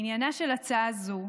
עניינה של הצעה זו,